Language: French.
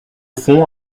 fond